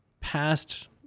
past